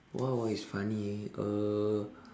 what what is funny uh